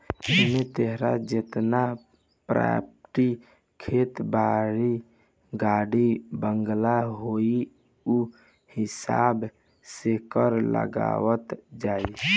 एमे तोहार जेतना प्रापर्टी खेत बारी, गाड़ी बंगला होई उ हिसाब से कर लगावल जाई